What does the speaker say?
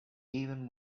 even